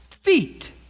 feet